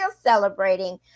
celebrating